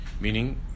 Meaning